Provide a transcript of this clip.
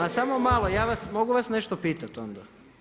A samo malo, mogu vas nešto pitati onda?